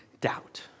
doubt